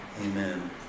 amen